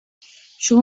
show